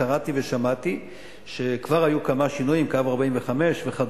קראתי ושמעתי שכבר היו כמה שינויים, קו 45 וכדומה.